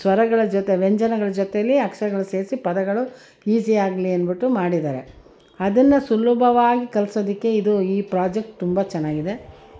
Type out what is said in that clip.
ಸ್ವರಗಳ ಜೊತೆ ವ್ಯಂಜನಗಳ ಜೊತೇಲಿ ಅಕ್ಷರಗಳ ಸೇರಿಸಿ ಪದಗಳು ಈಝಿಯಾಗಲಿ ಅಂದ್ಬಿಟ್ಟು ಮಾಡಿದ್ದಾರೆ ಅದನ್ನು ಸುಲಭವಾಗಿ ಕಲಿಸೋದಕ್ಕೆ ಇದು ಈ ಪ್ರಾಜೆಕ್ಟ್ ತುಂಬ ಚೆನ್ನಾಗಿದೆ